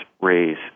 raise